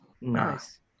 Nice